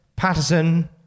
Patterson